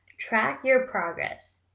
track your progress.